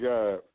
God